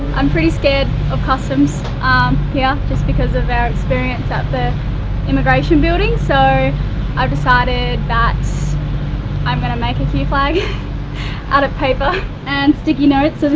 i'm pretty scared of customs here, just because of our experience at the immigration building. so i've decided that i'm gonna make a q flag out of paper and sticky notes.